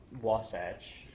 Wasatch